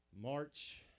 March